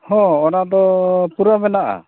ᱦᱮᱸ ᱚᱱᱟᱫᱚ ᱯᱩᱨᱟᱹᱣ ᱢᱮᱱᱟᱜᱼᱟ